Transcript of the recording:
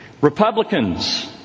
Republicans